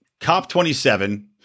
COP27